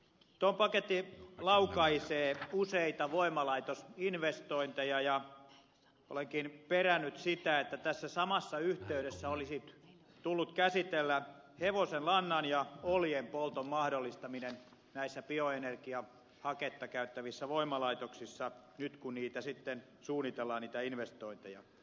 tuo paketti laukaisee useita voimalaitosinvestointeja ja olenkin perännyt sitä että tässä samassa yhteydessä olisi tullut käsitellä hevosenlannan ja oljen polton mahdollistaminen näissä bioenergiahaketta käyttävissä voimalaitoksissa nyt kun suunnitellaan niitä investointeja